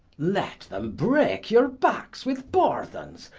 let them breake your backes with burthens,